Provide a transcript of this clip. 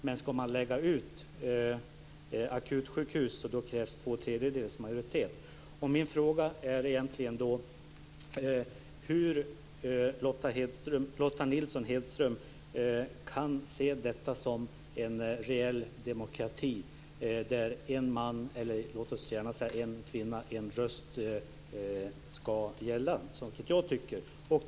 Men om man ska sälja ut akutsjukhus så krävs det två tredjedels majoritet. Min fråga är: Hur kan Lotta Nilsson-Hedström se detta som en reell demokrati, där en man, eller låt oss gärna säga en kvinna, en röst ska gälla, vilket jag tycker ska gälla?